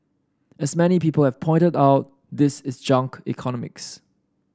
as many people have pointed out this is junk economics